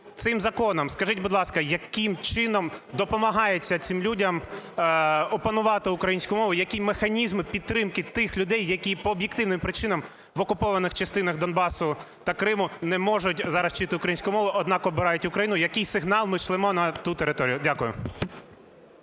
Цим законом, скажіть, будь ласка, яким чином допомагається цим людям опанувати українську мову, які механізми підтримки тих людей, які по об'єктивним причинам в окупованих частинах Донбасу та Криму не можуть зараз вчити українську мову, однак обирають Україну? Який сигнал шлемо на ту територію? Дякую.